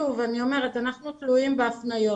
שוב, אנחנו תלויים בהפניות.